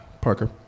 Parker